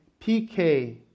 PK